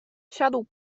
siadał